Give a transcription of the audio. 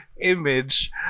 image